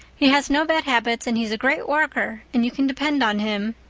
he has no bad habits and he's a great worker, and you can depend on him.